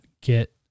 get